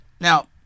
Now